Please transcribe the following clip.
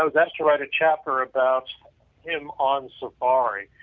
was asked to write a chapter about him on safari,